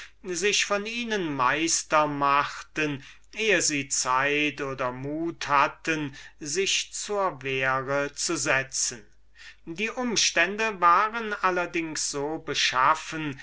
sich von ihnen meister machten ehe sie zeit oder mut hatten sich zur wehr zu setzen die umstände waren allerdings so beschaffen